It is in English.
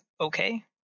okay